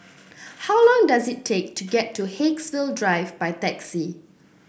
how long does it take to get to Haigsville Drive by taxi